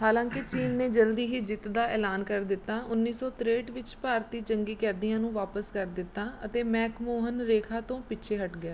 ਹਾਲਾਂਕਿ ਚੀਨ ਨੇ ਜਲਦੀ ਹੀ ਜਿੱਤ ਦਾ ਐਲਾਨ ਕਰ ਦਿੱਤਾ ਉੱਨੀ ਸੌ ਤ੍ਰੇਹਠ ਵਿੱਚ ਭਾਰਤੀ ਜੰਗੀ ਕੈਦੀਆਂ ਨੂੰ ਵਾਪਸ ਕਰ ਦਿੱਤਾ ਅਤੇ ਮੈਕਮੋਹਨ ਰੇਖਾ ਤੋਂ ਪਿੱਛੇ ਹਟ ਗਿਆ